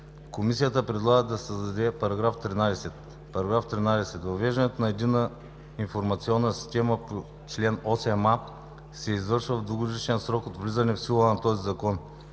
Комисията предлага да се създаде § 13: „§ 13. Въвеждането на единната информационна система по чл. 8а се извършва в двугодишен срок от влизането в сила на този закон.